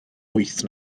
wyth